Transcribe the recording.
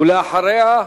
ואחריה,